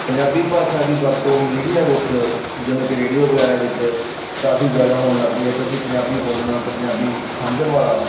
ਪੰਜਾਬੀ ਭਾਸ਼ਾ ਦੀ ਵਰਤੋਂ ਮੀਡੀਆ ਵਿੱਚ ਜਿਵੇਂ ਕਿ ਰੇਡੀਓ ਵਗੈਰਾ ਵਿੱਚ ਕਾਫ਼ੀ ਜ਼ਿਆਦਾ ਹੋਣ ਲੱਗ ਪਈ ਹੈ ਕਿਉਂਕਿ ਪੰਜਾਬੀ ਬੋਲਣ ਨਾਲ ਅਤੇ ਪੰਜਾਬੀ ਸਮਝਣ ਵਾਲਾ